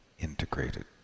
integrated